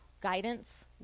guidance